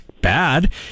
Bad